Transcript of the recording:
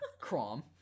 Krom